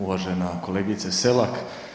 Uvažena kolegice SElak.